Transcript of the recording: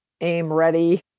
aim-ready